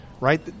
right